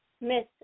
miss